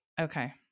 Okay